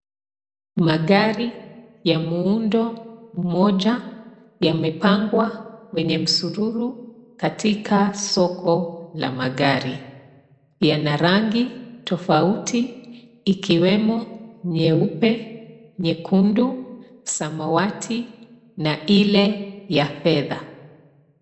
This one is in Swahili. Magari ya muundo moja yamepangwa kwenye msururu katika soko la magari. Yana rangi tofauti ikiwemo nyeupe, nyekundu ,samawati na ile ya fedha.